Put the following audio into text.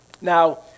Now